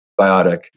biotic